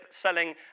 selling